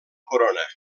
corona